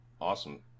awesome